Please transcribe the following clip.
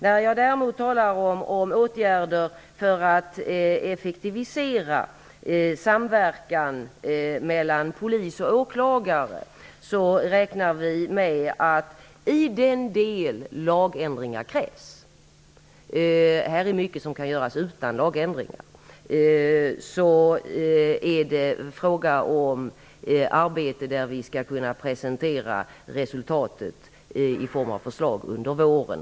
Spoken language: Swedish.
När jag däremot talar om åtgärder för att effektivisera samverkan mellan polis och åklagare, räknar jag med att i den del lagändringar krävs -- här finns mycket som kan göras utan lagändringar -- kan resultatet presenteras i form av förslag under våren.